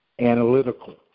analytical